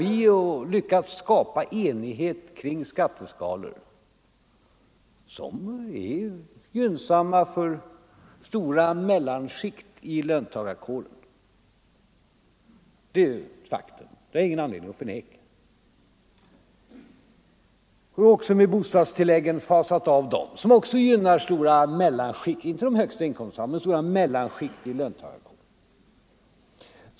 Vi har lyckats skapa enighet kring skatteskalor som är gynnsamma för stora mellanskikt i löntagarkåren — det är ett faktum, och det har jag ingen anledning att förneka. Vi har också fasat av bostadstilläggen, vilket gynnar stora mellanskikt — inte de högsta inkomsttagarna — i löntagarkåren.